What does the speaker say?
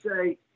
say